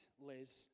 Liz